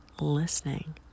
listening